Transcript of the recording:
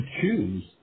choose